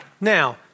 Now